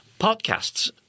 podcasts